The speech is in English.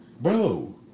Bro